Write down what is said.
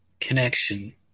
connection